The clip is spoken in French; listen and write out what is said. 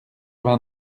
vingt